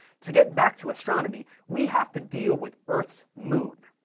to get back to astronomy, we have to deal with earth's moon.